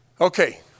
Okay